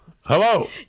hello